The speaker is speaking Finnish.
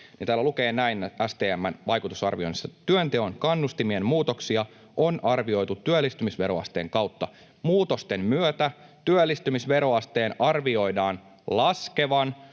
täällä STM:n vaikutusarvioinnissa lukee näin: ”Työnteon kannustimien muutoksia on arvioitu työllistymisveroasteen kautta. Muutosten myötä työllistymisveroasteen arvioidaan laskevan